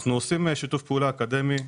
אנחנו עושים שיתוף פעולה אקדמי.